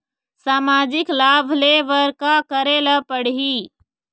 सामाजिक लाभ ले बर का करे ला पड़ही?